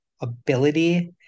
ability